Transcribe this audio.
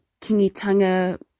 Kingitanga